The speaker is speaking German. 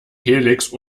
helix